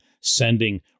sending